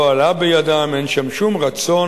לא עלה בידם, אין שם שום רצון,